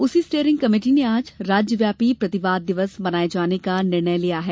उसी steering committee ने आज राज्यव्यापी प्रतिवाद दिवस मनाए जाने का निर्णय लिया है